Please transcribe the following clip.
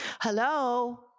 Hello